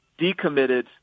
decommitted